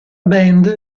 band